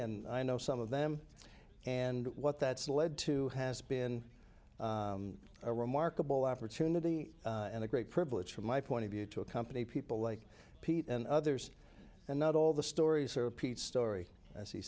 and i know some of them and what that's led to has been a remarkable opportunity and a great privilege from my point of view to accompany people like pete and others and not all the stories or pete story as he